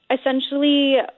Essentially